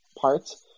parts